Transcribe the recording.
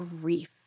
grief